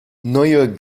neue